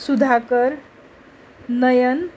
Sudhakar Nayan